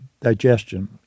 digestion